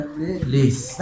Please